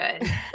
good